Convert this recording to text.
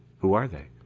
who are they?